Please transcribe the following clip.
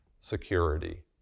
security